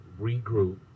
regroup